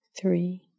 three